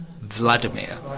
Vladimir